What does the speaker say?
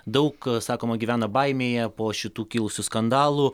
daug sakoma gyvena baimėje po šitų kilusių skandalų